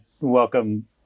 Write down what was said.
welcome